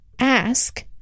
Ask